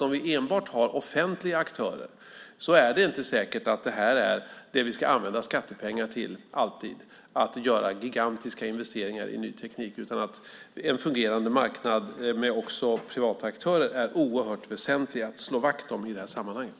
Om vi enbart har offentliga aktörer är det inte säkert att vi alltid ska använda skattepengar till att göra gigantiska investeringar i ny teknik. En fungerande marknad med privata aktörer är oerhört väsentligt att slå vakt om i det här sammanhanget.